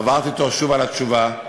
עברתי אתו שוב על התשובה,